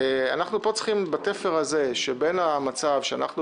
אנחנו צריכים בתפר הזה בין המצב שאנחנו